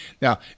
Now